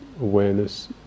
awareness